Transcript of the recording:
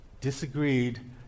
disagreed